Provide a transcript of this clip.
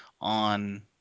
on